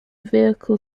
vehicle